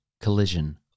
Collision